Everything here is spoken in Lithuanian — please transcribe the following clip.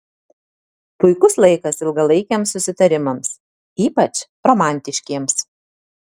puikus laikas ilgalaikiams susitarimams ypač romantiškiems